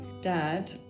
dad